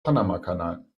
panamakanal